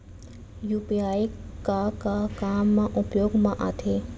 UPI का का काम मा उपयोग मा आथे?